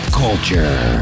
culture